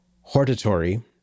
hortatory